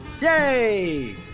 Yay